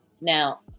Now